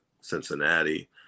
Cincinnati